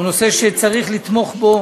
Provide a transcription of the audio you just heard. הוא נושא שצריך לתמוך בו